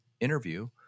interview